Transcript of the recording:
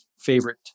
favorite